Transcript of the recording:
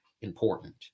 important